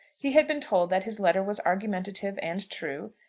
he had been told that his letter was argumentative and true,